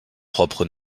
propre